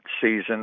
season